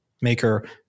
Maker